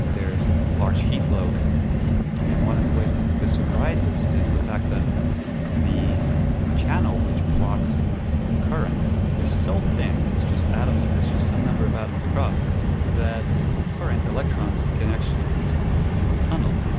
there is a large heat load and one of the ways that this arises is the fact that the channel which blocks the current is so thin, it's just atoms, it's just some number of atoms across that current electrons can actually tunnel.